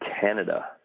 Canada